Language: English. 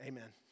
Amen